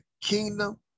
kingdom